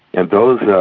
and those yeah